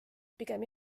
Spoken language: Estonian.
pigem